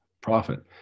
profit